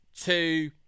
two